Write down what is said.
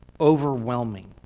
overwhelming